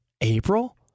April